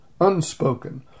unspoken